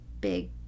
big